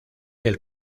del